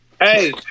Hey